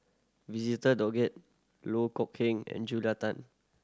Visitor Doggett Loh Kok Keng and Julia Tan